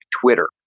Twitter